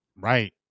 Right